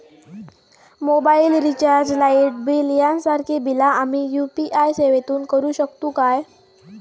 Mobile recharge, light bill यांसारखी बिला आम्ही यू.पी.आय सेवेतून करू शकतू काय?